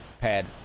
pad